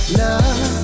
love